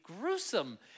gruesome